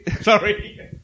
Sorry